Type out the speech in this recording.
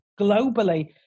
globally